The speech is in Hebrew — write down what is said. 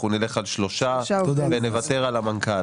אנחנו נלך על שלושה ונוותר על המנכ"ל.